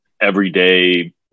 everyday